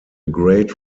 great